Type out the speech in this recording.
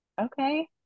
okay